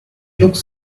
looks